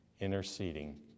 interceding